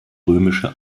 römische